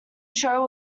show